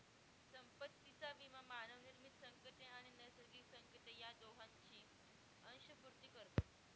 संपत्तीचा विमा मानवनिर्मित संकटे आणि नैसर्गिक संकटे या दोहोंची अंशपूर्ती करतो